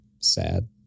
sad